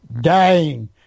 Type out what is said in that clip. dying